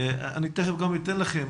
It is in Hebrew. אני תיכף גם אתן לכם,